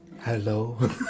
Hello